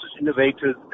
innovators